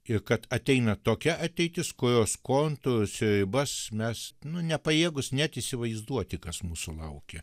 ir kad ateina tokia ateitis kurios kontūrus ir ribas mes nu nepajėgūs net įsivaizduoti kas mūsų laukia